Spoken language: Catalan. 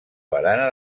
barana